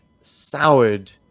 soured